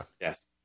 yes